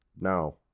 no